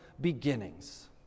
beginnings